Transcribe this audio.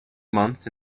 months